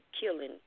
killing